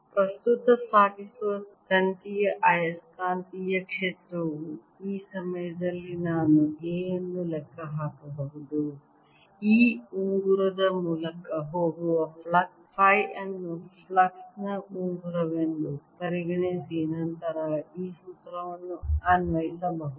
ಪ್ರಸ್ತುತ ಸಾಗಿಸುವ ತಂತಿಯ ಆಯಸ್ಕಾಂತೀಯ ಕ್ಷೇತ್ರವು ಈ ಸಮಯದಲ್ಲಿ ನಾನು A ಅನ್ನು ಲೆಕ್ಕಹಾಕಬಹುದು ಈ ಉಂಗುರದ ಮೂಲಕ ಹೋಗುವ ಫ್ಲಕ್ಸ್ ಫೈ ಅನ್ನು ಫ್ಲಕ್ಸ್ ನ ಉಂಗುರವೆಂದು ಪರಿಗಣಿಸಿ ನಂತರ ಈ ಸೂತ್ರವನ್ನು ಅನ್ವಯಿಸಬಹುದು